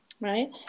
right